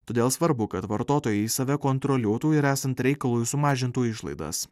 todėl svarbu kad vartotojai save kontroliuotų ir esant reikalui sumažintų išlaidas